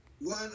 one